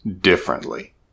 differently